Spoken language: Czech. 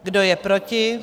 Kdo je proti?